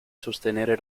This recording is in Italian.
sostenere